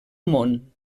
món